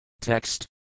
Text